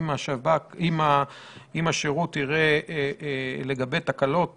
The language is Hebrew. אם השירות יראה לנכון שיש תקלות